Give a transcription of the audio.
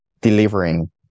delivering